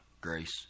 grace